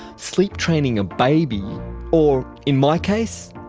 sleep-training a baby or, in my case,